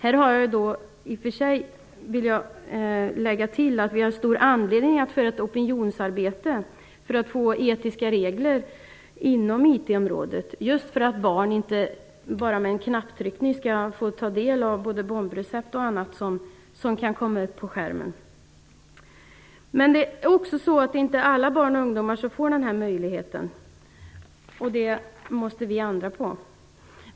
Här vill jag tillägga att vi har stor anledning att utföra ett opinionsarbete för att få etiska regler inom IT området, just för att barn inte genom en knapptryckning skall få del av bombrecept och annat som kan komma upp på skärmen. Men inte alla barn och ungdomar får den här möjligheten, och det måste vi ändra på.